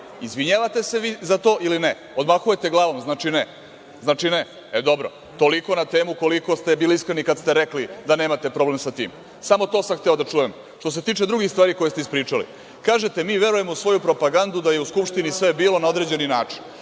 Izvinjavate se vi za to ili ne? Odmahujete glavom. Znači ne. E, dobro. Toliko na temu koliko ste bili iskreni kada ste rekli da nemate problem sa time. Samo to sam hteo da čujem. Što se tiče drugih stvari koje ste ispričali. Kažete – mi verujemo svoju propagandu da je u Skupštini sve bilo na određeni način,